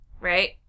right